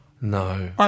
No